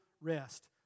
rest